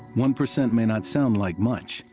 one percent may not sound like much,